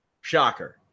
Shocker